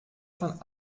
von